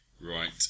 right